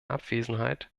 abwesenheit